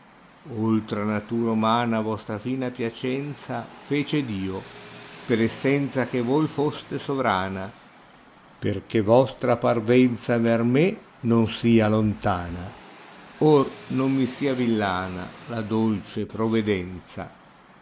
oltr a natura oltra natura umana vostra fina piacenza fece dio per essenza che toi foste sovrana perchè vostra parvenza vèr me non sia lontana or non mi ma villana la dolce provedenza